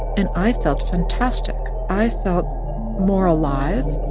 and i felt fantastic. i felt more alive.